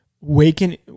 waking